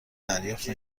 دریافت